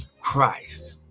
Christ